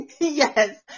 Yes